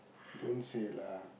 don't say lah